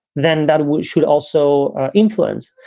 then that should also influence.